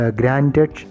granted